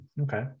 okay